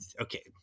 Okay